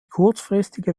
kurzfristige